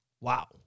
Wow